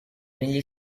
negli